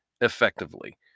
effectively